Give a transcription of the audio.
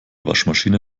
waschmaschine